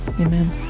Amen